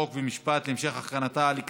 חוק ומשפט נתקבלה.